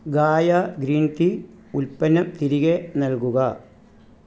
ഗായാ green tea ഉൽപ്പന്നം തിരികെ നൽകുക